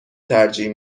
ترجیح